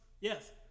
Yes